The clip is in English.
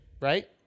right